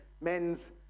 men's